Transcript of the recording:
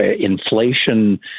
inflation